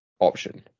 option